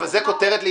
כשהעברת למשרד,